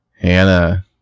Hannah